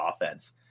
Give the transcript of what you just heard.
offense